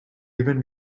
even